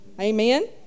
Amen